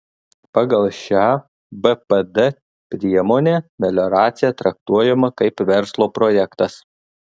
pagal šią bpd priemonę melioracija traktuojama kaip verslo projektas